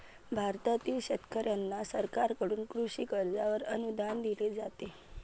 भारतातील शेतकऱ्यांना सरकारकडून कृषी कर्जावर अनुदान दिले जाते